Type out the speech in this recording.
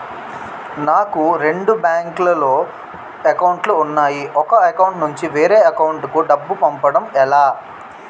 నాకు రెండు బ్యాంక్ లో లో అకౌంట్ లు ఉన్నాయి ఒక అకౌంట్ నుంచి వేరే అకౌంట్ కు డబ్బు పంపడం ఎలా?